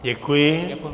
Děkuji.